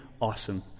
awesome